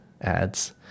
ads